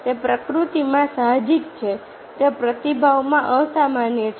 તે પ્રકૃતિમાં સાહજિક છે તે પ્રતિભાવમાં અસામાન્ય છે